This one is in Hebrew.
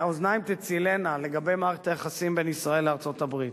האוזניים תצילינה לגבי מערכת היחסים בין ישראל לארצות-הברית.